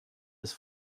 ist